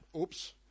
oops